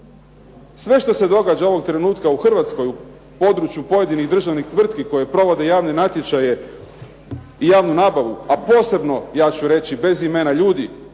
Sve što se događa ovog trenutka u Hrvatskoj u području pojedinih državnih tvrtki koje provode javne natječaje i javnu nabavu, a posebno ja ću reći bez imena ljudi,